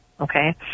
okay